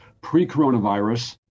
pre-coronavirus